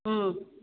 ꯎꯝ